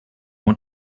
want